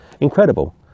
Incredible